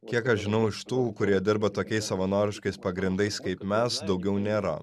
kiek aš žinau iš tų kurie dirba tokiais savanoriškais pagrindais kaip mes daugiau nėra